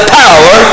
power